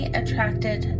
attracted